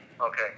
Okay